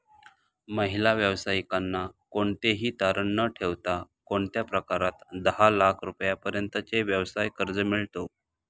महिला व्यावसायिकांना कोणतेही तारण न ठेवता कोणत्या प्रकारात दहा लाख रुपयांपर्यंतचे व्यवसाय कर्ज मिळतो?